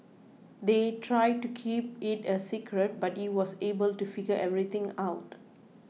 they tried to keep it a secret but he was able to figure everything out